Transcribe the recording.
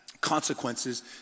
consequences